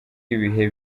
ibihe